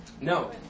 No